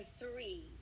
three